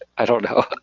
i don't know.